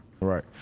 Right